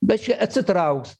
bet čia atsitrauks